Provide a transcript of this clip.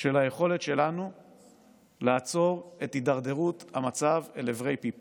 של היכולת שלנו לעצור את הידרדרות המצב אל עברי פי פחת.